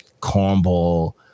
Cornball